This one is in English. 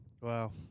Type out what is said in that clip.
Wow